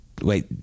Wait